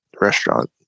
restaurant